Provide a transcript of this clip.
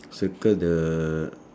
circle the